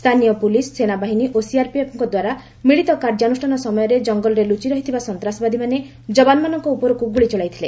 ସ୍ଥାନୀୟ ପୁଲିସ୍ ସେନାବାହିନୀ ଓ ସିଆର୍ପିଏଫ୍ଙ୍କଦ୍ୱାରା ମିଳିତ କାର୍ଯ୍ୟାନୁଷ୍ଠାନ ସମୟରେ ଜଙ୍ଗଲରେ ଲୁଚି ରହିଥିବା ସନ୍ତାସବାଦୀମାନେ ଯବାନମାନଙ୍କ ଉପରକୁ ଗୁଳି ଚଳାଇଥିଲେ